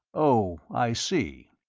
oh, i see.